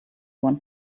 want